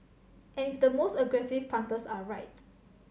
and if the most aggressive punters are right